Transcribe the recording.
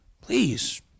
please